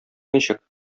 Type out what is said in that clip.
ничек